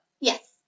Yes